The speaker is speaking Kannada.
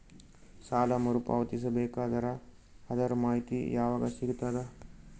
ಸಾಲ ಮರು ಪಾವತಿಸಬೇಕಾದರ ಅದರ್ ಮಾಹಿತಿ ಯವಾಗ ಸಿಗತದ?